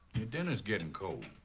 dinner's getting cold.